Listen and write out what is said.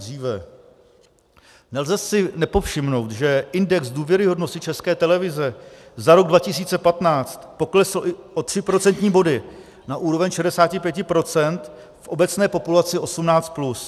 Nelze si nepovšimnout, že index důvěryhodnosti České televize za rok 2015 poklesl o tři procentní body na úroveň 65 procent v obecné populaci 18 plus.